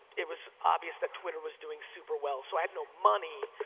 it was obvious that twitter was doing super well. so i had no money,